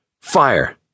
Fire